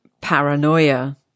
Paranoia